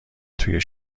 توی